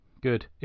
good